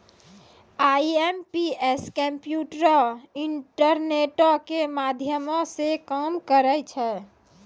IMPS कम्प्यूटरो, इंटरनेटो के माध्यमो से काम करै छै